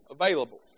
available